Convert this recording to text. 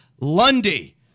Lundy